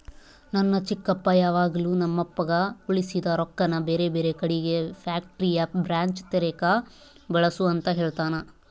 ನನ್ನ ಚಿಕ್ಕಪ್ಪ ಯಾವಾಗಲು ನಮ್ಮಪ್ಪಗ ಉಳಿಸಿದ ರೊಕ್ಕನ ಬೇರೆಬೇರೆ ಕಡಿಗೆ ಫ್ಯಾಕ್ಟರಿಯ ಬ್ರಾಂಚ್ ತೆರೆಕ ಬಳಸು ಅಂತ ಹೇಳ್ತಾನಾ